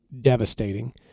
devastating